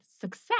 success